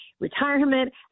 retirement